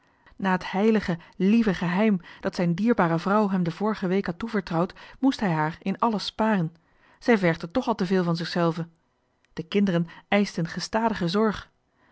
na het heilige lieve geheim dat zijn dierbare vrouw hem de vorige week had toevertrouwd moest hij haar in alles sparen zij vergde toch al te veel van zichzelve de kinderen eischten zveel zorg